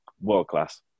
world-class